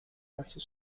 metal